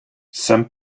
some